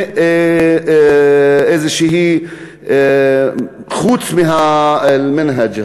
חוץ מהמִנְהַאג'